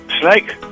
Snake